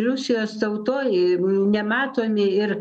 rusijos tautoj nematomi ir